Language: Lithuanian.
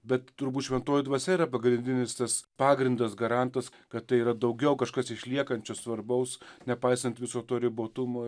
bet turbūt šventoji dvasia yra pagrindinis tas pagrindas garantas kad tai yra daugiau kažkas išliekančio svarbaus nepaisant viso to ribotumo